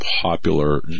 popular